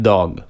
Dog